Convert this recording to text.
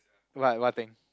what what thing